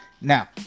Now